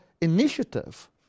initiative